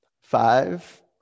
Five